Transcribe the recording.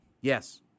Yes